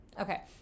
Okay